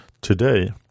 today